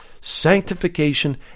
sanctification